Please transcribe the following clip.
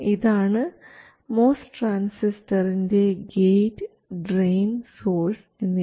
ഇതാണ് മോസ് ട്രാൻസിസ്റ്ററിൻറെ gate drain source എന്നിവ